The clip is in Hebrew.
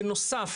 בנוסף,